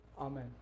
Amen